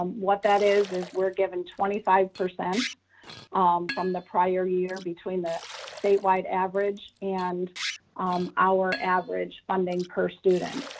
um what that is is we're given twenty five percent from the prior year between the statewide average and um our average funding per student.